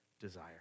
desire